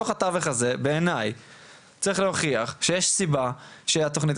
בתוך התווך הזה צריך להוכיח שיש סיבה שהתכנית